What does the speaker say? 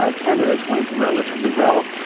ah canada's went relatively well,